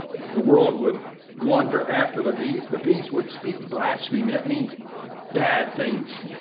the world would wonder after the beast. the beast would speak blasphemy. that means bad things.